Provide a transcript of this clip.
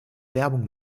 werbung